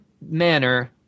manner